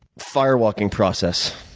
firewalking process.